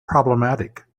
problematic